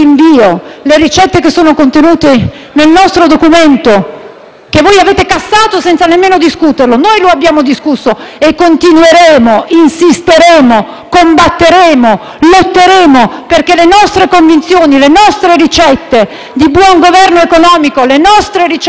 che avete cassato senza nemmeno discuterlo. Noi lo abbiamo discusso e continueremo, insisteremo, combatteremo e lotteremo, perché le nostre convinzioni, le nostre ricette di buon governo economico, di sviluppo economico e di sostegno delle famiglie e delle imprese insieme,